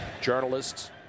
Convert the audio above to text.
journalists